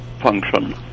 function